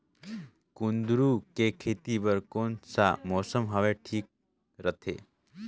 कुंदूरु के खेती बर कौन सा मौसम हवे ठीक रथे?